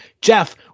Jeff